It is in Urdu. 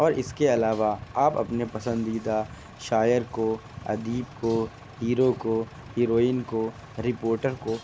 اور اس کے علاوہ آپ اپنے پسندیدہ شاعر کو ادیب کو ہیرو کو ہیروئن کو رپورٹر کو